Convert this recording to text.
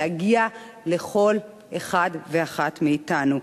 להגיע לכל אחד ואחת מאתנו,